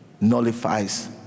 nullifies